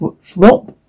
Swap